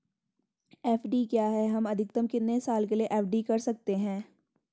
FD क्या है हम अधिकतम कितने साल के लिए एफ.डी कर सकते हैं?